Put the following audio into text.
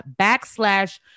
backslash